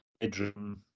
bedroom